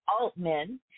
Altman